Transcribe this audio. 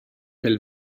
pêle